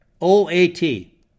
O-A-T